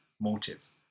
motives